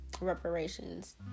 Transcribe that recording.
reparations